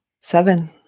Seven